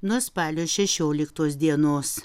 nuo spalio šešioliktos dienos